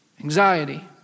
Anxiety